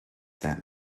that